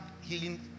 healing